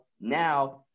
now